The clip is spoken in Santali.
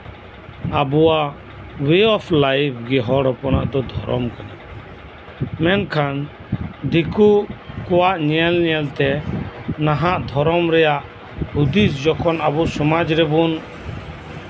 ᱟᱵᱚᱣᱟᱜ ᱳᱭᱮ ᱚᱯᱷ ᱞᱟᱭᱤᱯᱷ ᱜᱮ ᱦᱚᱲ ᱦᱚᱯᱚᱱᱟᱜ ᱫᱷᱚᱨᱚᱢ ᱠᱟᱱᱟ ᱢᱮᱱᱠᱷᱟᱱ ᱫᱤᱠᱩ ᱠᱚᱣᱟᱜ ᱧᱮᱞ ᱧᱮᱞᱛᱮ ᱱᱟᱦᱟᱜ ᱫᱷᱚᱨᱚᱢ ᱨᱮᱭᱟᱜ ᱦᱩᱫᱤᱥ ᱡᱚᱠᱷᱚᱱ ᱟᱵᱚ ᱥᱚᱢᱟᱡᱨᱮ